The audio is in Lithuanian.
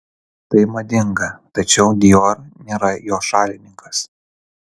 tai madinga tačiau dior nėra jo šalininkas